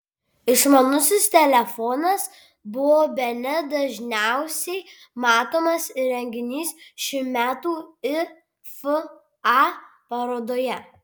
išmanusis telefonas buvo bene dažniausiai matomas įrenginys šių metų ifa parodoje